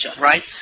right